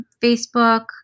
Facebook